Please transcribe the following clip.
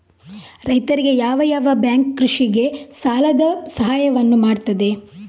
ರೈತರಿಗೆ ಯಾವ ಯಾವ ಬ್ಯಾಂಕ್ ಕೃಷಿಗೆ ಸಾಲದ ಸಹಾಯವನ್ನು ಮಾಡ್ತದೆ?